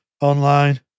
online